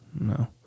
No